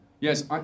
Yes